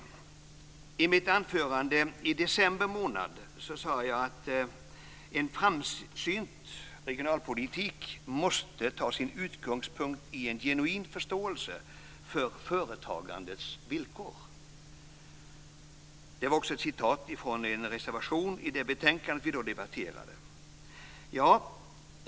Jag sade i ett anförande i december månad att en framsynt regionalpolitik måste ta sin utgångspunkt i en genuin förståelse av företagandets villkor. Detta framhölls i en reservation vid det betänkande som vi då debatterade.